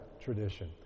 tradition